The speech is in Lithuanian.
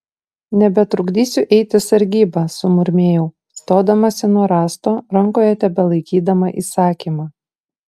nebetrukdysiu eiti sargybą sumurmėjau stodamasi nuo rąsto rankoje tebelaikydama įsakymą